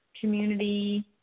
community